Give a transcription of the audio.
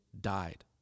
died